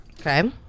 Okay